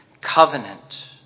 covenant